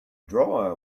drawer